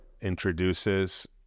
introduces